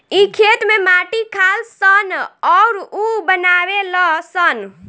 इ खेत में माटी खालऽ सन अउरऊ बनावे लऽ सन